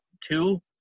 Two